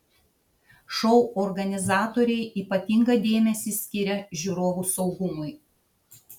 šou organizatoriai ypatingą dėmesį skiria žiūrovų saugumui